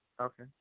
okay